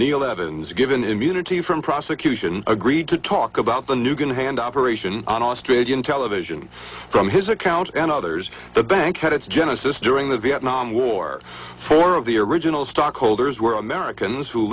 neil evans given immunity from prosecution agreed to talk about the new going to hand operation on australian television from his account and others the bank had its genesis during the vietnam war four of the original stock holders were americans who